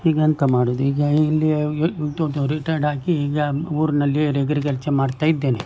ಈಗ ಎಂಥ ಮಾಡುವುದು ಈಗ ಇಲ್ಲಿ ಎಂತ ಉಂಟು ರಿಟೈರ್ಡಾಗಿ ಈಗ ಊರಿನಲ್ಲಿ ಎಗ್ರಿಕಲ್ಚರ್ ಮಾಡ್ತಾಯಿದ್ದೇನೆ